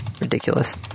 ridiculous